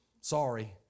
sorry